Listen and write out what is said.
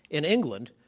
in england,